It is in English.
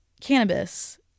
cannabis